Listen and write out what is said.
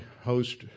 host